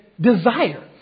desire